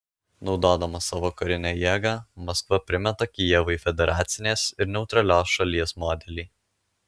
naudodama savo karinę jėgą maskva primeta kijevui federacinės ir neutralios šalies modelį